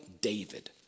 David